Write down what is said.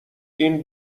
این